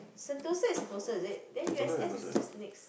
Sentosa is closer is it then U_S_S is just next